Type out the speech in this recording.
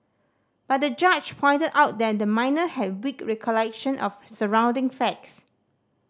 but the judge pointed out that the minor had weak recollection of surrounding facts